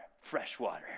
Freshwater